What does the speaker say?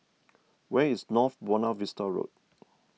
where is North Buona Vista Road